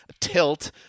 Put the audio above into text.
tilt